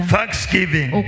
Thanksgiving